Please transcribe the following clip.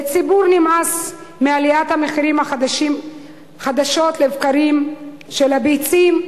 לציבור נמאס מעליית המחירים חדשות לבקרים של הביצים,